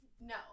no